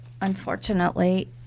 unfortunately